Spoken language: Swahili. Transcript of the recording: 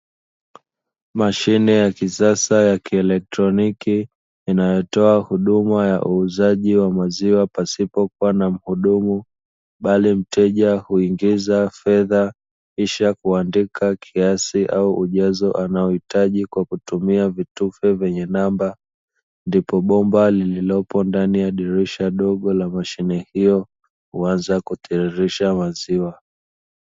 Mashine ya kisasa ya kielektroniki, inayotoa huduma ya uuzaji wa maziwa pasipo kuwa na mhudumu, bali mteja huingiza fedha kisha kuandika kiasi au ujazo unaohitaji kwa kutumia vituko vyenye namba, ndipo bomba lililopo ndani ya dirisha dogo la mashine hiyo, huanza kuteremsha maziwa.